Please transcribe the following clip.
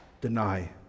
deny